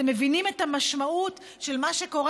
אתם מבינים את המשמעות של מה שקורה?